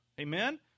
Amen